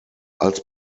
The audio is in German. als